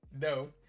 No